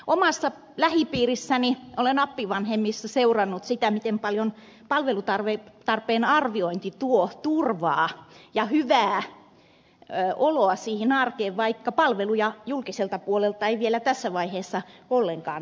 omassa lähipiirissäni olen appivanhempien kohdalla seurannut sitä miten paljon palvelutarpeen arviointi tuo turvaa ja hyvää oloa siihen arkeen vaikka palveluja julkiselta puolelta ei vielä tässä vaiheessa ollenkaan tarvita